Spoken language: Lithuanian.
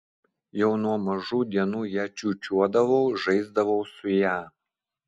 jau nuo mažų dienų ją čiūčiuodavau žaisdavau su ja